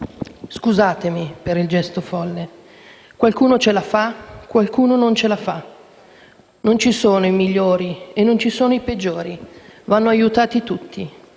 Scusatemi per il gesto folle... Qualcuno ce la fa e qualcuno non ce la fa: non ci sono "i migliori" e non ci sono "i peggiori", ma vanno aiutati tutti.